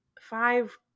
five